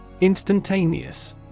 Instantaneous